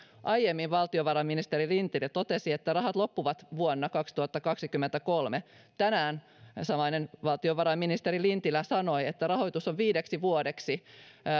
aiemmin valtiovarainministeri lintilä totesi että rahat loppuvat vuonna kaksituhattakaksikymmentäkolme tänään samainen valtiovarainministeri lintilä sanoi että rahoitus on viideksi vuodeksi